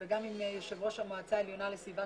וגם עם יושב ראש המועצה העליונה לסביבה